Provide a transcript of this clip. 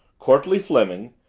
courtleigh fleming,